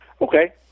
Okay